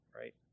Right